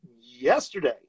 yesterday